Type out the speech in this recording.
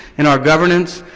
in our governance,